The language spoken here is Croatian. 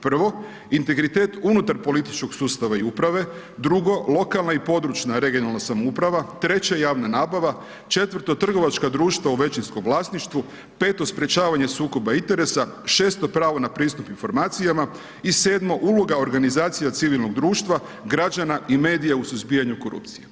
Prvo, integritet unutar političkog sustava i uprave, drugo, lokalna i područna (regionalna) samouprava, treće javna nabava, četvrto trgovačka društva u većinskom vlasništvu, peto sprječavanje sukoba interesa 6. pravo na pristup informacijama i 7. uloga organizacija civilnog društva, građana i medija u suzbijanju korupcije.